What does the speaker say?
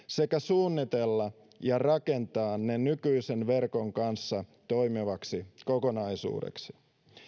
sekä suunnitella ja rakentaa ne nykyisen verkon kanssa toimivaksi kokonaisuudeksi